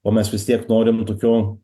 o mes vis tiek norim tokio